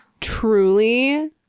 truly